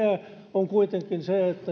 on kuitenkin se että